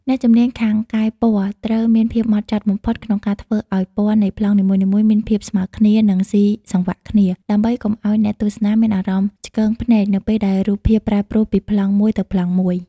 អ្នកជំនាញខាងកែពណ៌ត្រូវមានភាពហ្មត់ចត់បំផុតក្នុងការធ្វើឱ្យពណ៌នៃប្លង់នីមួយៗមានភាពស្មើគ្នា និងស៊ីសង្វាក់គ្នា ដើម្បីកុំឱ្យអ្នកទស្សនាមានអារម្មណ៍ឆ្គងភ្នែកនៅពេលដែលរូបភាពប្រែប្រួលពីប្លង់មួយទៅប្លង់មួយ។